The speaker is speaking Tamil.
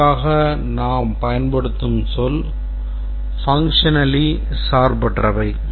இதற்காக நாம் பயன்படுத்தும் சொல் functionally சார்பற்றவை